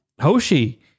Hoshi